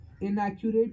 inaccurate